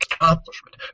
accomplishment